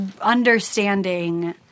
understanding